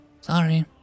Sorry